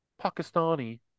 Pakistani